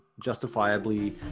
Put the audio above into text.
justifiably